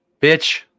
bitch